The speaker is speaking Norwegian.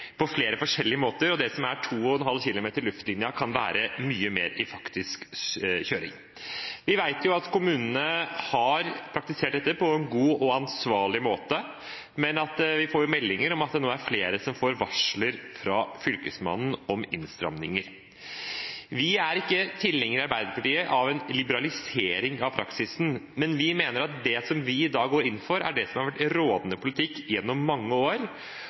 på flere forskjellige måter, og det som er 2,5 km i luftlinje, kan være mye mer i faktisk kjøring. Vi vet at kommunene har praktisert dette på en god og ansvarlig måte, men vi får meldinger om at det nå er flere som får varsler fra Fylkesmannen om innstramminger. Arbeiderpartiet er ikke tilhenger av en liberalisering av praksisen, men vi mener at det vi i dag går inn for, er det som har vært rådende politikk gjennom mange år.